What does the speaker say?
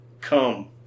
Come